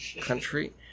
country